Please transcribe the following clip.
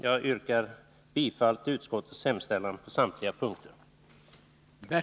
Jag yrkar bifall till utskottets hemställan på samtliga punkter.